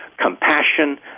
compassion